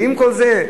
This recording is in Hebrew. ועם כל זה,